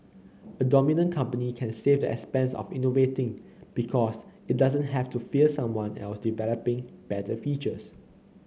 a dominant company can save the expense of innovating because it doesn't have to fear someone else developing better features